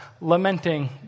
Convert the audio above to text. lamenting